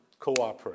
cooperate